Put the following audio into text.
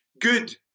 good